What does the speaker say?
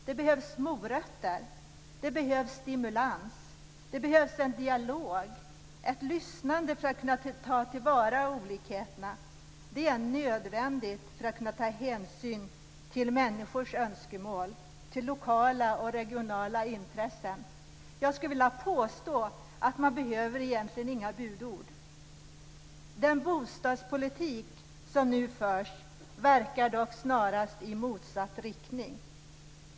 Det behövs morötter; det behövs stimulans. Det behövs en dialog och ett lyssnande för att kunna ta till vara olikheterna. Det är nödvändigt för att man ska kunna ta hänsyn till människors önskemål och till lokala och regionala intressen. Jag skulle vilja påstå att man egentligen inte behöver några budord. Den bostadspolitik som nu förs verkar dock snarast i motsatt riktning.